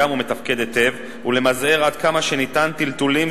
ומתפקד היטב ולמזער עד כמה שאפשר טלטולים,